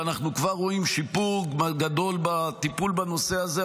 ואנחנו כבר רואים שיפור גדול בטיפול בנושא הזה,